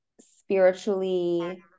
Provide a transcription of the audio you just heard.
spiritually